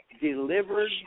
delivered